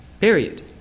period